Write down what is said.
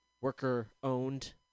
worker-owned